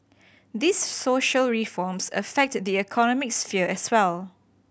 these social reforms affect the economic sphere as well